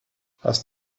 hast